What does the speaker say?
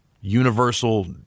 universal